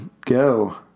Go